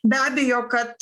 be abejo kad